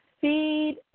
Feed